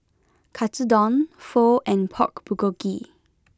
Katsudon Pho and Pork Bulgogi